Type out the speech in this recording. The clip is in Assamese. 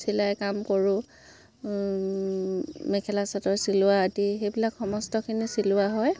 চিলাই কাম কৰোঁ মেখেলা চাদৰ চিলোৱা আদি সেইবিলাক সমস্তখিনি চিলোৱা হয়